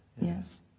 Yes